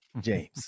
James